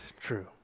true